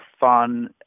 fun